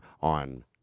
on